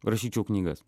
rašyčiau knygas